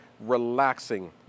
relaxing